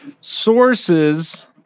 sources